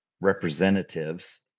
representatives